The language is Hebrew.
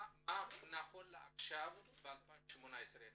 מה נכון לעכשיו ב-2018?